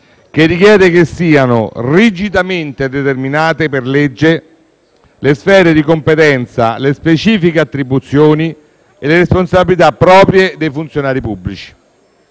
che richiede che siano rigidamente determinate per legge le sfere di competenza, le specifiche attribuzioni e le responsabilità proprie dei funzionari pubblici.